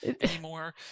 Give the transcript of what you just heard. anymore